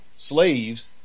slaves